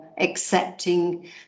accepting